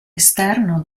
esterno